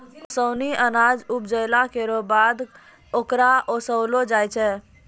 ओसौनी अनाज उपजाइला केरो बाद ओकरा ओसैलो जाय छै